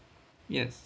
yes